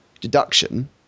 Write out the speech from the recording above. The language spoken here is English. deduction